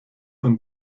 und